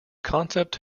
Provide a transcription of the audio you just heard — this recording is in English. concept